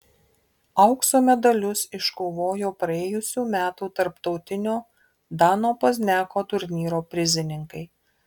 aukso medalius iškovojo praėjusių metų tarptautinio dano pozniako turnyro prizininkai